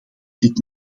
dit